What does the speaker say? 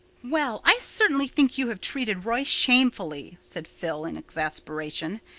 well, i certainly think you have treated roy shamefully, said phil in exasperation.